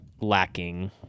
lacking